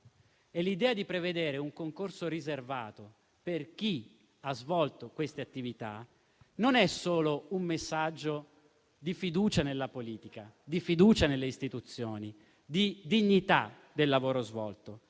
l'idea di prevedere un concorso riservato per chi ha svolto queste attività non è solo un messaggio di fiducia nella politica e nelle istituzioni, e di dignità del lavoro svolto,